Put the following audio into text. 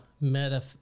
meta